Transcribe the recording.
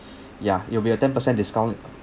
ya it'll be a ten percent discount